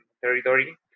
territory